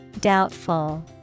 Doubtful